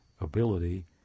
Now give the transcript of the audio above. ability